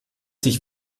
sich